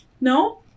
No